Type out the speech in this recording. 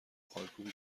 خالکوبی